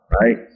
right